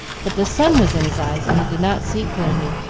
but the sun was in his eyes, and he did not see clearly,